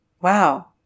Wow